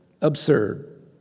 absurd